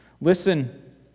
Listen